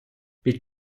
під